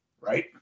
right